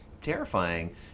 terrifying